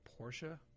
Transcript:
Porsche